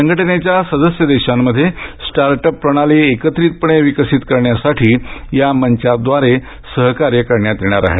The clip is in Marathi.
संघटनेच्या सदस्य देशांमध्ये स्टार्ट अप प्रणाली एकत्रितपणे विकसित करण्यासाठी या मंचाद्वारे सहकार्य करण्यात येणार आहे